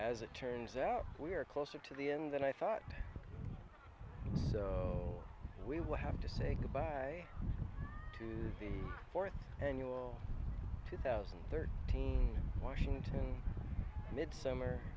as it turns out we're closer to the inn than i thought we would have to say goodbye to the fourth annual two thousand and thirteen washington midsummer